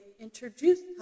introduced